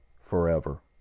forever